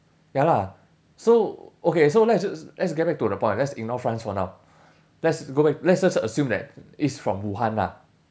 ya lah so okay so let's just let's get back to the point let's ignore france for now let's go back let's just assume that it's from wuhan lah